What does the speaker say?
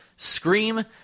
Scream